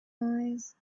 eyes